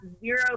zero